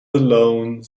alone